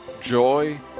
joy